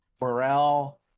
morale